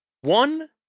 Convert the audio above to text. one